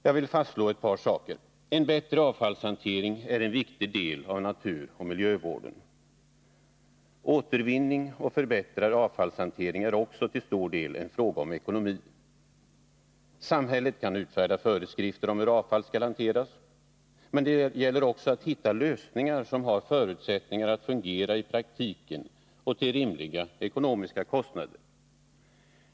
Jag vill fastslå några saker: En bättre avfallshantering är en viktig del av naturoch miljövården. Återvinning och förbättrad avfallsbehandling är också till stor del en fråga om ekonomi. Samhället kan utfärda föreskrifter om hur avfall skall hanteras. Men det gäller också att hitta lösningar som har förutsättningar att fungera i praktiken och till rimliga ekonomiska kostnader.